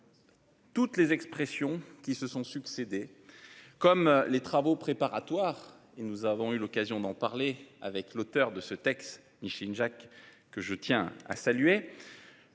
Toutes les expressions qui se sont succédé comme les travaux préparatoires et nous avons eu l'occasion d'en parler avec l'auteur de ce texte Micheline Jacques que je tiens à saluer.